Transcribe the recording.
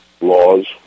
laws